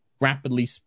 rapidly